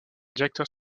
directeur